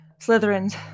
Slytherin's